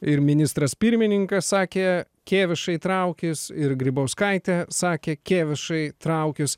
ir ministras pirmininkas sakė kėvišai traukis ir grybauskaitė sakė kėvišai traukis